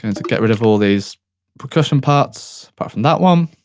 and to get rid of all these percussion parts, apart from that one.